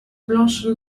blanche